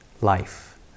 life